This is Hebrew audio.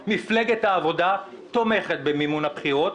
מפלגת העבודה תומכת במימון הבחירות,